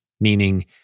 meaning